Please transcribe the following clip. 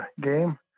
game